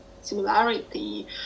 similarity